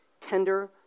tender